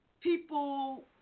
people